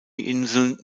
inseln